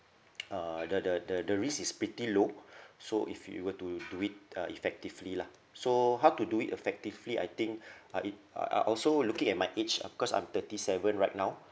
uh the the the the risk is pretty low so if you were to do it uh effectively lah so how to do it effectively I think uh it uh uh also looking at my age because I'm thirty seven right now